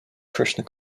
krishna